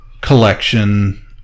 collection